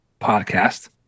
podcast